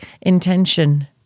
intention